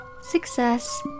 success